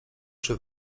czy